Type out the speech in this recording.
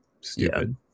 Stupid